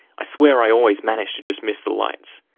i swear i always manage to just miss the lights.